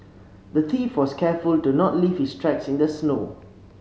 the thief was careful to not leave his tracks in the snow